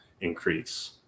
increase